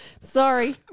Sorry